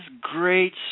great